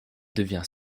devient